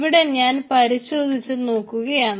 ഇവിടെ ഞാൻ പരിശോധിച്ചു നോക്കുകയാണ്